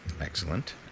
excellent